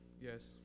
Yes